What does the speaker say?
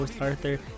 arthur